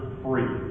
free